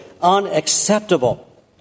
unacceptable